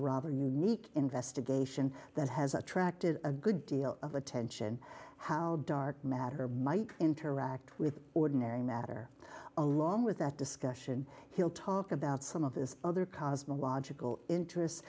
rather unique investigation that has attracted a good deal of attention how dark matter might interact with ordinary matter along with that discussion he'll talk about some of his other cosmological interests